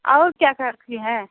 और क्या क्या रखी हैं